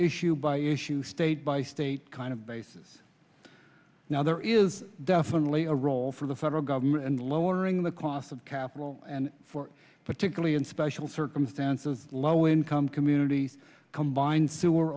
issue by issue state by state kind of basis now there is definitely a role for the federal government and lowering the cost of capital and for particularly in special circumstances low income communities combined sewer